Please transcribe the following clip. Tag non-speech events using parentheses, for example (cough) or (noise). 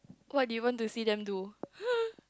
what do you want to see them do (laughs)